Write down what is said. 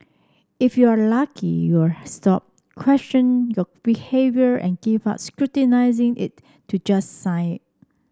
if you're lucky you'll stop question your behaviour and give up scrutinising it to just sign it